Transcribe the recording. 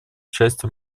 частью